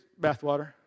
bathwater